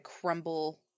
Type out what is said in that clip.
crumble